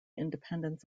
independence